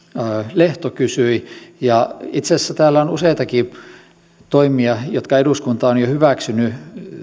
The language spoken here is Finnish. lehto kysyi ja itse asiassa täällä on useitakin toimia jotka eduskunta on jo hyväksynyt